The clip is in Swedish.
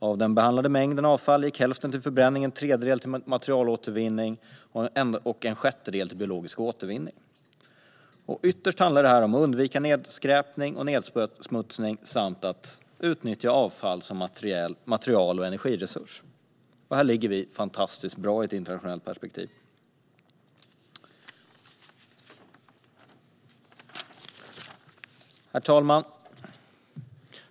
Av den behandlade mängden avfall går hälften till förbränning, en tredjedel till materialåtervinning och en sjättedel till biologisk återvinning. Ytterst handlar det om att undvika nedskräpning och nedsmutsning samt att utnyttja avfall som en material och energiresurs. Här ligger Sverige fantastiskt bra till i ett internationellt perspektiv. Herr talman!